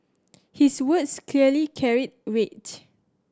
his words clearly carried weight